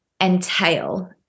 entail